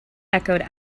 echoed